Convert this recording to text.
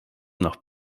noch